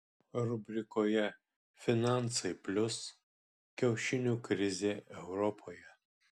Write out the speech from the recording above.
rubrikoje finansai plius kiaušinių krizė europoje